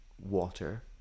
Water